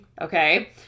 okay